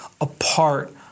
apart